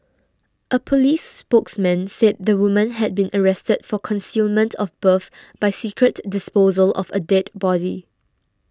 a police spokesman said the woman had been arrested for concealment of birth by secret disposal of a dead body